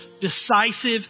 decisive